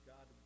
God